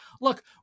look